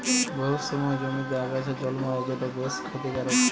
বহুত সময় জমিতে আগাছা জল্মায় যেট বেশ খ্যতিকারক